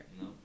no